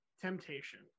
temptation